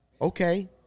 Okay